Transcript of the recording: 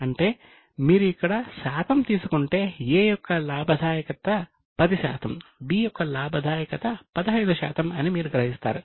అంటే మీరు ఇక్కడ శాతం తీసుకుంటే A యొక్క లాభదాయకత 10 శాతం B యొక్క లాభదాయకత 15 శాతం అని మీరు గ్రహిస్తారు